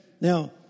Now